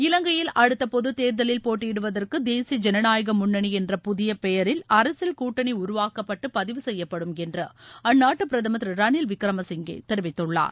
இலங்கையில் அடுத்த பொது தேர்தலில் போட்டியிடுவதற்கு தேசிய ஜனநாயக முன்னணி என்ற புதிய பெயரில் அரசியல் கூட்டணி உருவாக்கப்பட்டு பதிவு செய்யப்படும் என்று அந்நாட்டு பிரதமர் திரு ரனில் விக்கிரம சிங்கே தெரிவித்துள்ளார்